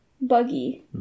buggy